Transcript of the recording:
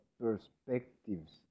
perspectives